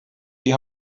die